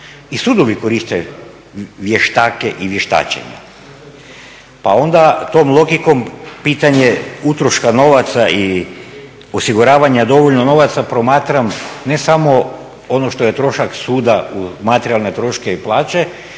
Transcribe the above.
i sudovi koriste vještake i vještačenje. Pa onda tom logikom pitanje utroška novaca i osiguravanja dovoljno novaca promatram ne samo ono što je trošak suda u materijalne troškove i plaće